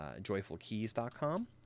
joyfulkeys.com